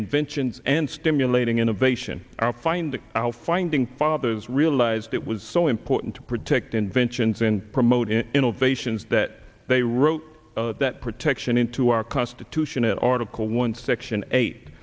inventions and stimulating innovation our finding our finding fathers realized it was so important to protect inventions and promoting innovations that they wrote that protection into our constitution in article one section eight